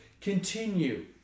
Continue